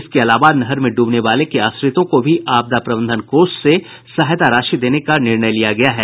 इसके अलावा नहर में ड्बने वाले के आश्रितों को भी आपदा प्रबंधन कोष से सहायता राशि देने का निर्णय लिया गया है